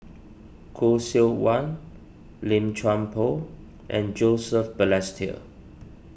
Khoo Seok Wan Lim Chuan Poh and Joseph Balestier